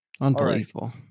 Unbelievable